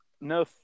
no